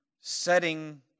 setting